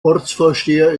ortsvorsteher